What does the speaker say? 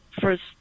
first